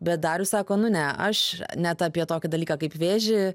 bet darius sako nu ne aš net apie tokį dalyką kaip vėžį